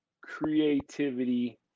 creativity